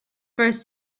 first